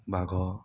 ବାଘ